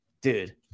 dude